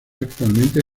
actualmente